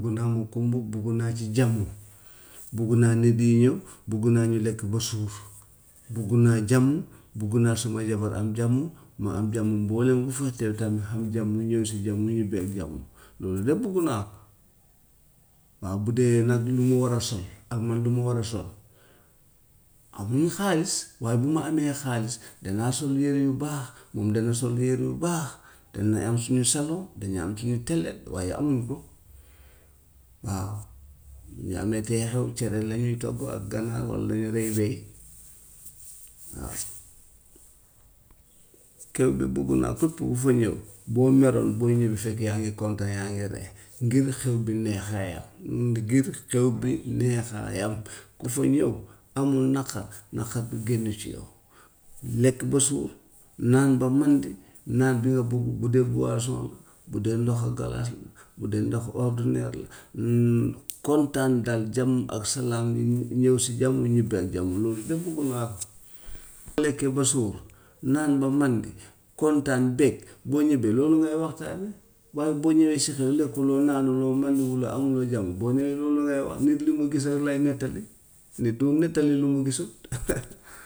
Loolu daal moom ku mu bugg naa ci jàmm, bugg naa nit yiy ñëw, bugg naa ñu lekk ba suur, bugg naa jàmm, bugg naa suma jabar am jàmm, mu àm jàmm mbooleem ñi fay teew tamit xam jàmm, ñëw si jàmm, ñibbi ak jàmm, loolu de bugg naa ko. Waaw bu dee nag lu ñu war a sol ak man lu ma war a sol amuñu xaalis waaye bu ma amee xaalis danaa sol yére yu baax, moom dana sol yére yu baax, danañ am suñu salon, dañuy am sunu télé, waaye amuñu ko. Waaw bu ñu ameetee xew cere lañuy togg ak ganaar walla ñu rey bëy waaw. Kew bi buggu naa képp ku fa ñëw boo meroon booy ñibbi fekk yaa ngi kontaan yaa ngi ree ngir xew bi neexaayam, ngir xew bi neexaayam. Ku fa ñëw amoon naqar naqar bi génn ci yow, lekk ba suur, naan ba mandi, naan bi nga bugg bu dee boisson la, bu dee ndox ak galaas la, bu dee ndox ordinaire la, nit ñi kontaan daal, jàmm ak salaam, nit ñi ñëw si jàmm, ñibbi ak jàmm, loolu de bugg naa ko. Lekk ba suur, naan ba mandi, kontaan, bég, boo ñibbee loolu ngay waxtaanee, waaye boo ñëwee si xew lekkuloo, naanuloo, mandiwuloo amuloo jàmm boo ñëwee loolu ngay wax, nit li nga gis rek ngay nettali, nit du nettali lu mu gisut.